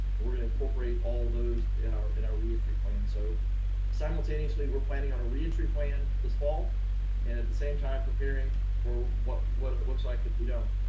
we're going to incorporate all those in our in our reentry plan. so simultaneously we're planning on a reentry plan this fall and at the same time preparing or what what it looks like if we don't.